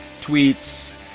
tweets